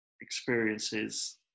experiences